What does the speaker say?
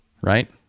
right